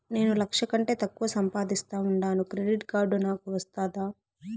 నేను లక్ష కంటే తక్కువ సంపాదిస్తా ఉండాను క్రెడిట్ కార్డు నాకు వస్తాదా